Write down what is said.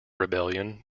rebellion